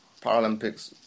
Paralympics